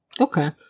Okay